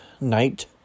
night